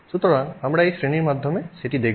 সুতরাং আমরা এই শ্রেণীর মাধ্যমে সেটি দেখব